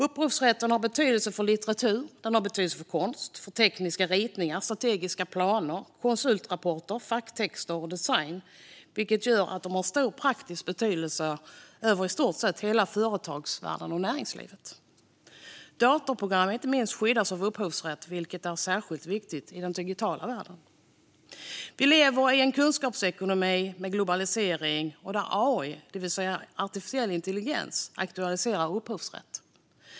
Upphovsrätten har betydelse för litteratur, konst, tekniska ritningar, strategiska planer, konsultrapporter, facktexter och design, vilket gör att den har stor praktisk betydelse för i stort sett hela företagsvärlden och näringslivet. Även datorprogram skyddas av upphovsrätt, vilket är särskilt viktigt i den digitala världen. Vi lever i en kunskapsekonomi med globalisering och där AI, det vill säga artificiell intelligens, aktualiserar upphovsrätten.